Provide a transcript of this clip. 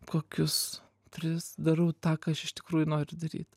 kokius tris darau tą ką aš iš tikrųjų noriu daryt